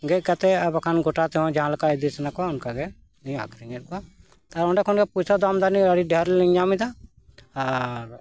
ᱜᱮᱫ ᱠᱟᱛᱮᱜ ᱟᱨᱵᱟᱠᱷᱟᱱ ᱜᱚᱴᱟ ᱛᱮᱦᱚᱸ ᱡᱟᱦᱟᱸ ᱞᱮᱠᱟ ᱤᱫᱤ ᱥᱟᱱᱟᱠᱚᱣᱟ ᱚᱱᱠᱟ ᱜᱮᱞᱤᱧ ᱟᱹᱠᱷᱨᱤᱧᱮᱫ ᱠᱚᱣᱟ ᱛᱟᱨ ᱚᱸᱰᱮ ᱠᱷᱚᱱᱜᱮ ᱯᱚᱭᱥᱟ ᱫᱟᱢ ᱫᱟᱲᱮᱭᱟᱜ ᱟᱹᱰᱤ ᱰᱷᱮᱨᱞᱤᱧ ᱧᱟᱢᱮᱫᱟ ᱟᱨ